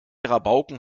rabauken